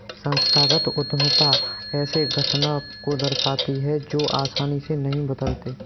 संस्थागत उद्यमिता ऐसे घटना को दर्शाती है जो आसानी से नहीं बदलते